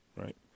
right